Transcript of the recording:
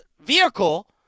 vehicle